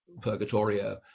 Purgatorio